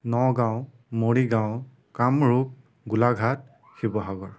Nagaon Morigaon Kamrup Golaghat Sivasagar